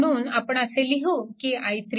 म्हणून आपण असे लिहू की i3 10